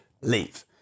leave